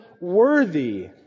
worthy